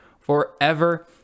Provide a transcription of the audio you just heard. forever